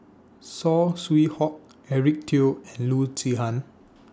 Saw Swee Hock Eric Teo and Loo Zihan